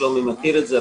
שלומי מכיר את זה.